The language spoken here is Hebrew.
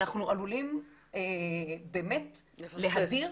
אנחנו עלולים באמת לפספס.